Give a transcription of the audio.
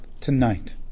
tonight